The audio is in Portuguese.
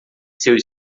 seu